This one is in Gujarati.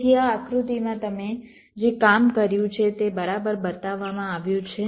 તેથી આ આકૃતિમાં તમે જે કામ કર્યું છે તે બરાબર બતાવવામાં આવ્યું છે